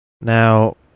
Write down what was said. now